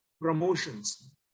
promotions